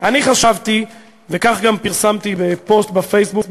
אני חשבתי, וגם פרסמתי פוסט בפייסבוק